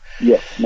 Yes